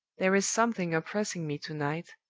there is something oppressing me to-night,